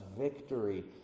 victory